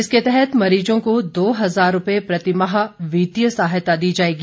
इसके तहत मरीजों को दो हजार रूपए प्रतिमाह वित्तीय सहायता दी जाएगी